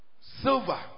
silver